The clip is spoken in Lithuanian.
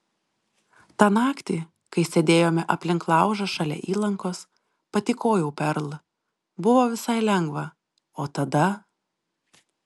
tą naktį kai sėdėjome aplink laužą šalia įlankos patykojau perl buvo visai lengva o tada